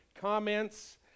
comments